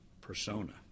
persona